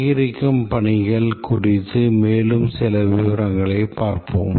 சேகரிக்கும் பணிகள் குறித்து மேலும் சில விவரங்களைப் பார்ப்போம்